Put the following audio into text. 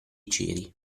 ceri